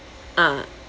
ah